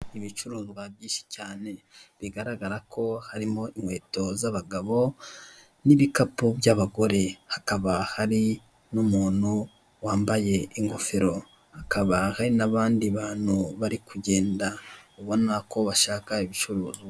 Ibicuruzwa byinshi cyane bigaragara ko harimo inkweto z'abagabo n'ibikapu by'abagore hakaba hari n'umuntu wambaye ingofero hakaba hari n'abandi bantu bari kugenda ubona ko bashaka ibicuruzwa.